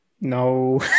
no